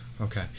Okay